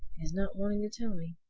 his not wanting to tell me.